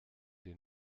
dir